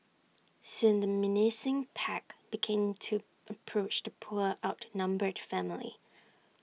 soon the menacing pack became to approach the poor outnumbered family